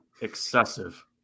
excessive